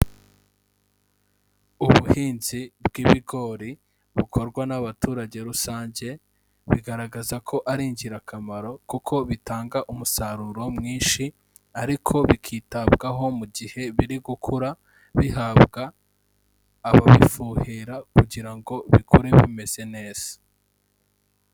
Ubuhinzi bw'ibigori bukorwa n'abaturage rusange, bigaragaza ko ari ingirakamaro kuko bitanga umusaruro mwinshi ariko bikitabwaho mu gihe biri gukura, bihabwa ababifuhera kugira ngo bikure bimeze neza.